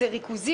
זה ריכוזי,